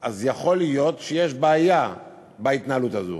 יכול להיות שיש בעיה בהתנהלות הזו,